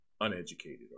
uneducated